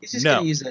No